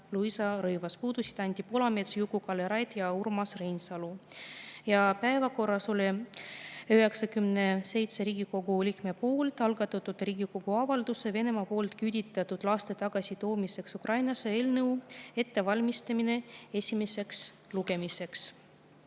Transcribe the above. Luisa Rõivas, puudusid Anti Poolamets, Juku-Kalle Raid ja Urmas Reinsalu. Päevakorras oli 97 Riigikogu liikme algatatud Riigikogu avalduse "Venemaa poolt küüditatud laste tagasitoomiseks Ukrainasse" eelnõu ettevalmistamine esimeseks lugemiseks. Marko